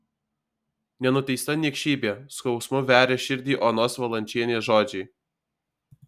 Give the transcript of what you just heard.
nenuteista niekšybė skausmu veria širdį onos valančienės žodžiai